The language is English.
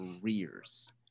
careers